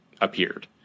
appeared